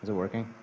working?